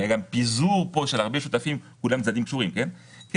זה גם פיזור של הרבה שותפים שהם צדדים קשורים כדי